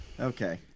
Okay